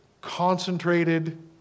concentrated